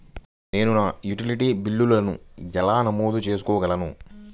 నేను నా యుటిలిటీ బిల్లులను ఎలా నమోదు చేసుకోగలను?